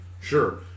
sure